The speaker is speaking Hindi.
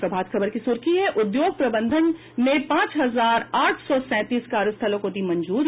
प्रभात खबर की सुखी है उद्योग महाप्रबंधकों ने पांच हजार आठा सौ सैंतीस कार्यस्थलों को दी मंजूरी